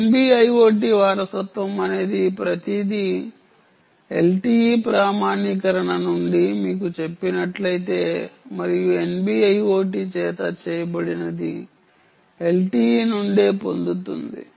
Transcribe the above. NB IoT వారసత్వం అనేది ప్రతిదీ LTE ప్రామాణీకరణ నుండి అని మీకు చెప్పినట్లయితే మరియు NB IoT చేత చేయబడినది LTE నుండే పొందుతుంది